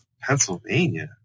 Pennsylvania